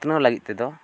ᱩᱛᱱᱟᱹᱣ ᱞᱟᱹᱜᱤᱫ ᱛᱮ ᱫᱚ